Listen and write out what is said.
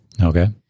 Okay